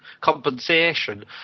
compensation